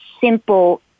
simple